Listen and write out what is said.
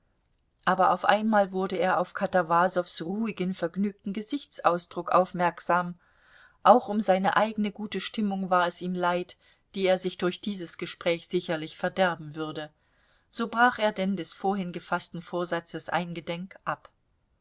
aber auf einmal wurde er auf katawasows ruhigen vergnügten gesichtsausdruck aufmerksam auch um seine eigene gute stimmung war es ihm leid die er sich durch dieses gespräch sicherlich verderben würde so brach er denn des vorhin gefaßten vorsatzes eingedenk ab